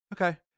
okay